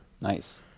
Nice